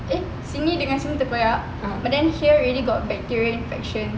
eh sini dengan sini terkoyak but then here already got bacteria infection